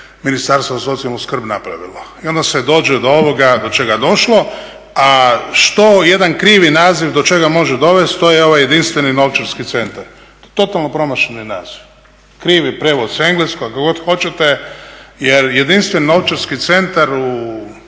Ministarstvo za socijalnu skrb napravilo. I onda se dođe do ovoga do čega je došlo, a što jedan krivi naziv do čega može dovesti to je ovaj jedinstveni novčarski centar. Totalno promašeni naziv. Krivi prijevod s engleskog, kako god hoćete. Jer jedinstveni novčarski centar u